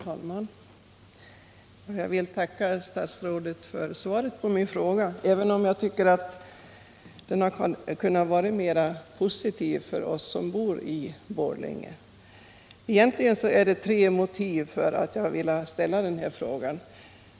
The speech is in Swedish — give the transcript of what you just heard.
Herr talman! Jag vill tacka statsrådet för svaret på min fråga, även om jag tycker att det hade kunnat vara mera positivt för oss som bor i Borlänge. Egentligen är det tre motiv till att jag har velat ställa denna fråga.